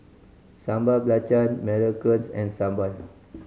Sambal Belacan macarons and sambal